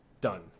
done